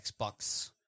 Xbox